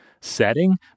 setting